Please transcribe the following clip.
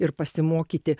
ir pasimokyti